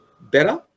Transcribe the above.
better